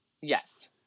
yes